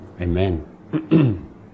amen